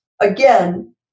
again